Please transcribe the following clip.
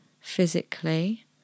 physically